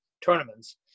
tournaments